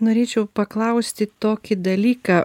norėčiau paklausti tokį dalyką